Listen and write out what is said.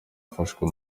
yafashwe